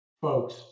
folks